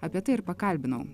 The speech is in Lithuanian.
apie tai ir pakalbinau